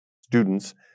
students